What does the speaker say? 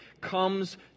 comes